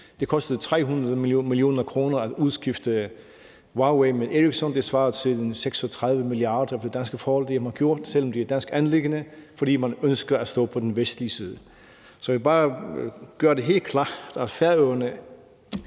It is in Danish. Det kostede 300 mio. kr. at udskifte Huawei med Ericsson – det svarer til 36 mia. kr. efter danske forhold. Det har man gjort, selv om det er et dansk anliggende, fordi man ønsker at stå på Vestens side. Jeg vil bare gøre det helt klart, at Færøerne